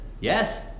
yes